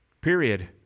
period